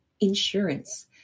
insurance